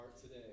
today